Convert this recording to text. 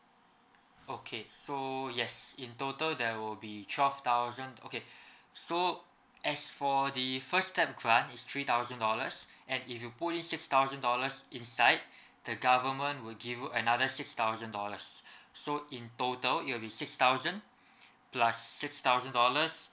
okay so yes in total there will be twelve thousand okay so as for the first step grant is three thousand dollars and if you put in six thousand dollars inside the government will give you another six thousand dollars so in total it will be six thousand plus six thousand dollars